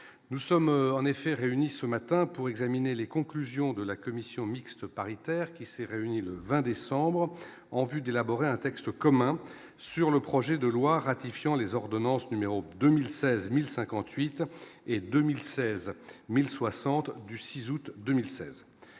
nous sommes en effet réunis ce matin pour examiner les conclusions de la commission mixte paritaire qui s'est réunie le 20 décembre en vue d'élaborer un texte commun sur le projet de loi ratifiant les ordonnances, numéro 2000 16058 et 2000 16060 du 6 août 2016